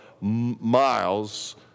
miles